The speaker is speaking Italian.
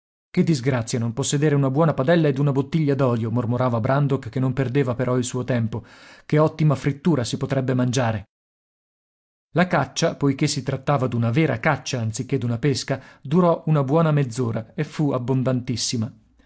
che disgrazia non possedere una buona padella ed una bottiglia d'olio mormorava brandok che non perdeva però il suo tempo che ottima frittura si potrebbe mangiare la caccia poiché si trattava d'una vera caccia anziché d'una pesca durò una buona mezz'ora e fu abbondantissima